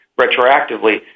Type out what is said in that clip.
retroactively